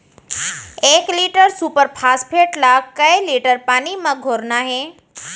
एक litre super phosphate ला कए लीटर पानी मा घोरना हे?